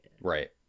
Right